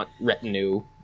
retinue